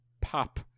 pop